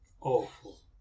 Awful